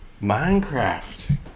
Minecraft